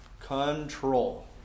control